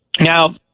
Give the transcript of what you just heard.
Now